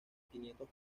quinientos